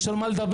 יש על מה לדבר.